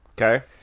Okay